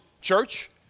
church